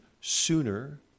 sooner